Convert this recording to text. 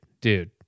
dude